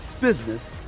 business